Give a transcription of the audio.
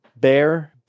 bear